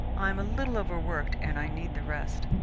i am a little overworked and i need the rest.